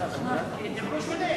החוק של ישראל חסון, כי דיברו שונה.